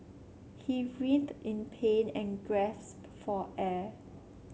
he writhed in pain and for air